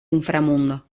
inframundo